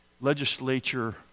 legislature